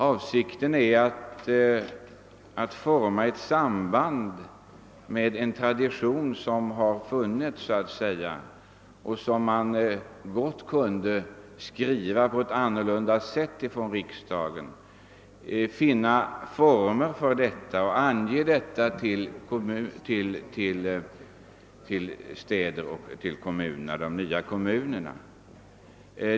Avsikten är att riksdagen skall göra ett uttalande om att man bör försöka finna former att bevara de tradi tioner som finns och knyta dem till de nya kommunerna.